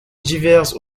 diverses